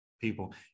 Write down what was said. people